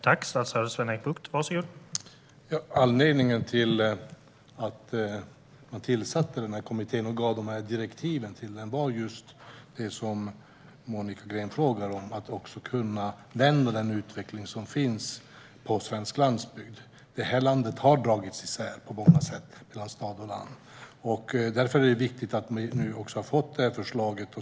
Herr talman! Anledningen till att vi tillsatte den här kommittén och gav dessa direktiv till den var just det som Monica Green frågar om, nämligen att kunna vända den utveckling som finns på svensk landsbygd. I det här landet har stad och landsbygd dragits isär på många sätt. Därför är det viktigt att vi nu har fått det här förslaget.